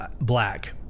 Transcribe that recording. black